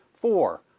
Four